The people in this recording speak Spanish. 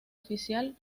oficial